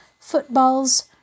footballs